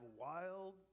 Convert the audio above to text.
wild